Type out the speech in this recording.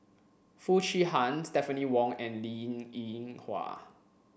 Foo Chee Han Stephanie Wong and Linn In Hua